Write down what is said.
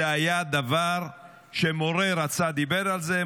זה היה דבר שמורה שרצה דיבר על זה,